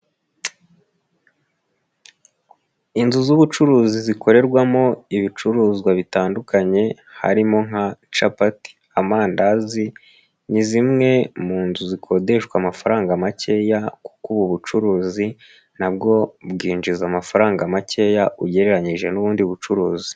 Inzu z'ubucuruzi zikorerwamo ibicuruzwa bitandukanye harimo nka capati, amandazi, ni zimwe mu nzu zikodeshwa amafaranga makeya kuko ubu bucuruzi nabwo bwinjiza amafaranga makeya ugereranyije n'ubundi bucuruzi.